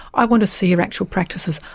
i want to see your actual practices,